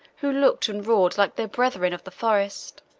who looked and roared like their brethren of the forest.